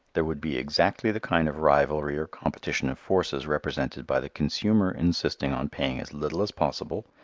there would be exactly the kind of rivalry or competition of forces represented by the consumer insisting on paying as little as possible,